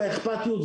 האכפתיות,